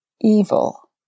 evil